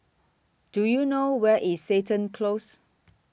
Do YOU know Where IS Seton Close